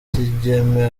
kigeme